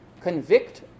convict